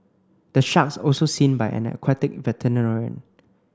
the sharks also seen by an aquatic veterinarian